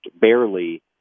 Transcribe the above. barely